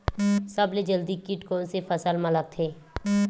सबले जल्दी कीट कोन से फसल मा लगथे?